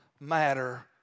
matter